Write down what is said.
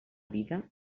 vida